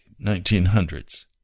1900s